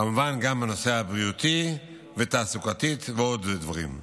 וכמובן גם בנושא הבריאותי והתעסוקתי ועוד דברים.